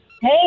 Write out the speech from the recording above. Hey